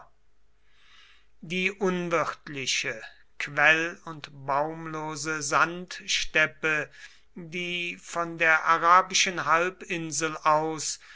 die unwirtliche quell und baumlose sandsteppe die von der arabischen halbinsel aus